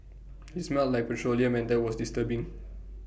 IT smelt like petroleum and that was disturbing